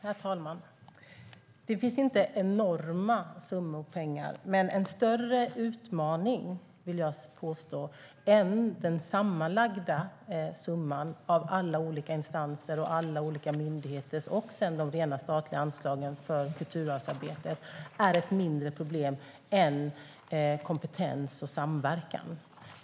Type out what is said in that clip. Herr talman! Det finns inte enorma summor pengar, men jag vill påstå att det finns en större utmaning. Den sammanlagda summan av alla olika instanser och myndigheter och de rena statliga anslagen för kulturarvsarbetet är ett mindre problem än bristen på kompetens och samverkan.